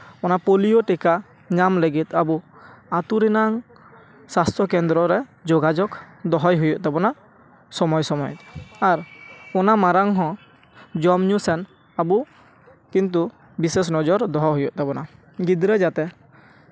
ᱚᱱᱟ ᱯᱳᱞᱤᱭᱳ ᱴᱤᱠᱟ ᱧᱟᱢ ᱞᱟᱹᱜᱤᱫ ᱟᱵᱚ ᱟᱹᱛᱩ ᱨᱮᱱᱟᱝ ᱥᱟᱥᱛᱷᱚ ᱠᱮᱫᱨᱚ ᱨᱮ ᱡᱳᱜᱟᱡᱳᱜᱽ ᱫᱚᱦᱚᱭ ᱦᱩᱭᱩᱜ ᱛᱟᱵᱚᱱᱟ ᱥᱚᱢᱚᱭ ᱥᱚᱢᱚᱭ ᱟᱨ ᱚᱱᱟ ᱢᱟᱲᱟᱝ ᱦᱚᱸ ᱡᱚᱢ ᱧᱩ ᱥᱮᱱ ᱟᱵᱚ ᱠᱤᱱᱛᱩ ᱵᱤᱥᱮᱥ ᱱᱚᱡᱚᱨ ᱫᱚᱦᱚ ᱦᱩᱭᱩᱜ ᱛᱟᱵᱚᱱᱟ ᱜᱤᱫᱽᱨᱟᱹ ᱡᱟᱛᱮ